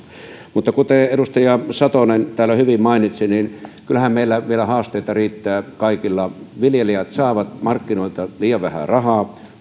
asia kuten edustaja satonen täällä hyvin mainitsi kyllähän meillä kaikilla vielä haasteita riittää viljelijät saavat markkinoilta liian vähän rahaa